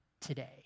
today